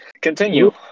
continue